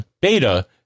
beta